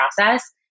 process